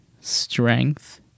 strength